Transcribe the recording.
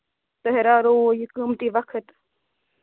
تۄہہِ راورووٕ یہِ قۭمتی وقت